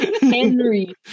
Henry